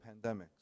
pandemics